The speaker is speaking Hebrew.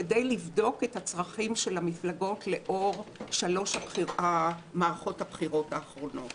כדי לבדוק את הצרכים של המפלגות לאור שלוש מערכות הבחירות האחרונות.